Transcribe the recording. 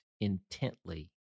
intently